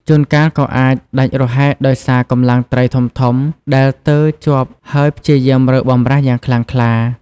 ជួនកាលក៏អាចដាច់រហែកដោយសារកម្លាំងត្រីធំៗ ដែលទើរជាប់ហើយព្យាយាមរើបម្រាស់យ៉ាងខ្លាំងក្លា។